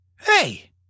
Hey